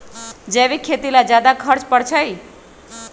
जैविक खेती ला ज्यादा खर्च पड़छई?